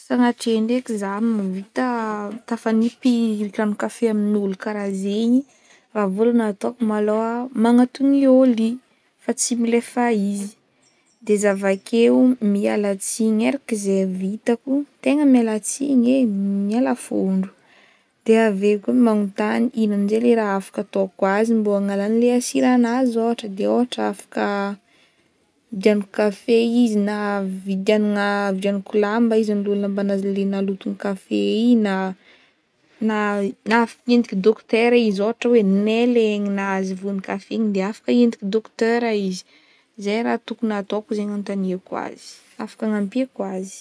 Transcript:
Sagnatria ndraiky zaho, mahavita tafanipy ranon-kafe amin'olo karaha zengy, vôlagna ataoko malôha, magnatony ôlo igny fa tsy milefa izy, de za avake, miala tsiny araka ze vitako, tegna miala tsiny e, miala fondro, de aveo koa magnotany ino afaka ataoko azy, mbô hagnala leha siran'azy, afaka hividianako kafé izy na vidiagnana vidiagnako lamba izy, agnoloany lamban'azy le naloton'ny kafe igny, na- na afaka ientiko docteur izy ôhatra hoe nay le aignin'azy voan'ny kafe igny de afaka entiko docteur izy, zay raha tokony ataoko zegny anotaniako azy, afaka hanampiako azy.